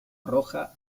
roja